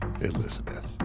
Elizabeth